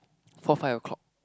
four five O-clock